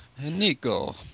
Nico